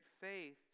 faith